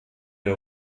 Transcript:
der